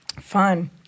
Fun